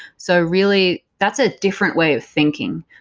so really, that's a different way of thinking.